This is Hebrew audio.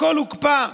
הכול הוקפא.